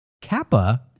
Kappa